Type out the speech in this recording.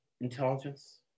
intelligence